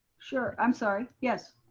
sure, i'm sorry, yes.